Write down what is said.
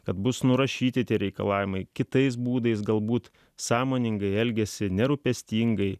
kad bus nurašyti tie reikalavimai kitais būdais galbūt sąmoningai elgiasi nerūpestingai